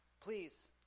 please